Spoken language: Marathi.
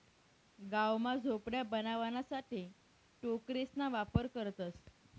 गाव मा झोपड्या बनवाणासाठे टोकरेसना वापर करतसं